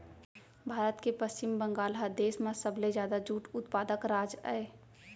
भारत के पस्चिम बंगाल ह देस म सबले जादा जूट उत्पादक राज अय